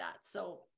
so-